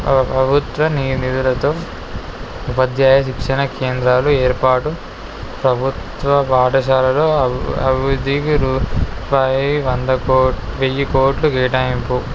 ప్రభుత్వ ని నిధులతో ఉపాధ్యాయ శిక్షణ కేంద్రాలు ఏర్పాటు ప్రభుత్వ పాఠశాలలో అభ అభివృద్ధి రూపాయి వంద కోట్లు వెయ్యి కోట్లు కేటాయింపు